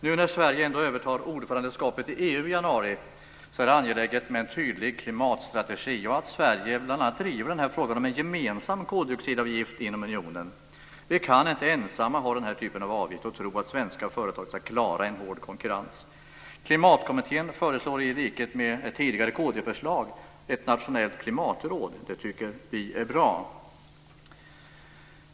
När Sverige övertar ordförandeskapet i EU i januari är det angeläget med en tydlig klimatstrategi. Sverige bör bl.a. driva frågan om en gemensam koldioxidavgift inom unionen. Vi kan inte ensamma ha den typ av avgifter som vi har och tro att svenska företag då ska klara en hård konkurrens. Klimatkommittén föreslår i linje med ett tidigare kd-förslag ett nationellt klimatråd. Vi tycker att det är bra.